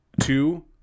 two